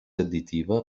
additiva